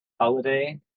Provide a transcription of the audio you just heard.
holiday